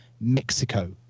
Mexico